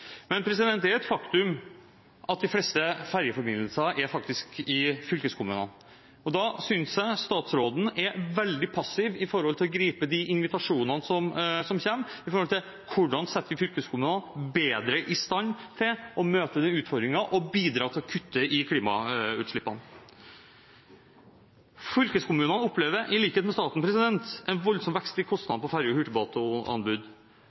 Det er et faktum at de fleste ferjeforbindelser er i fylkeskommunene, og da synes jeg at statsråden er veldig passiv i forhold til å gripe de invitasjonene som kommer med hensyn til hvordan vi setter fylkeskommunene bedre i stand til å møte utfordringene og bidra til å kutte i klimagassutslippene. Fylkeskommunene opplever, i likhet med staten, en voldsom vekst i kostnadene på ferje- og